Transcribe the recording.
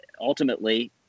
ultimately